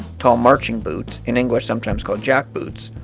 tall marching boots, in english sometimes called jack boots,